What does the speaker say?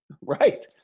Right